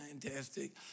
fantastic